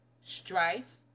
strife